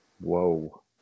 Whoa